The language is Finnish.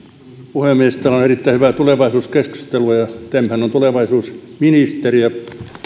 puhemies täällä on erittäin hyvää tulevaisuuskeskustelua ja temhän on tulevaisuusministeriö